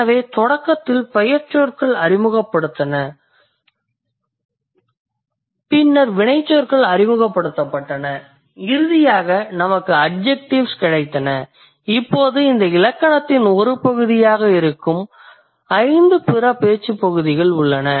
எனவே தொடக்கத்தில் பெயர்ச்சொற்கள் அறிமுகப்படுத்தப்பட்டன பின்னர் வினைச்சொற்கள் அறிமுகப்படுத்தப்பட்டன இறுதியாக நமக்கு அட்ஜெக்டிவ்ஸ் கிடைத்தன இப்போது இந்த இலக்கணத்தின் ஒரு பகுதியாக இருக்கும் 5 பிற பேச்சுப் பகுதிகள் உள்ளன